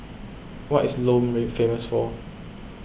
what is Lome famous for